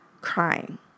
crying